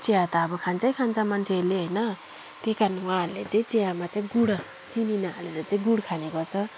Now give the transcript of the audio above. चिया त अब खान्छै खान्छ मान्छेहरूले होइन त्यही कारण उहाँहरूले चाहिँ चियामा चाहिँ गुड चिनी नहालेर चाहिँ गुड खाने गर्छ